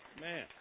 Man